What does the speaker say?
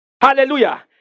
Hallelujah